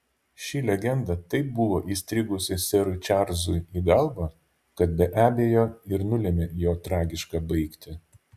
ši legenda taip buvo įstrigusi serui čarlzui į galvą kad be abejo ir nulėmė jo tragišką baigtį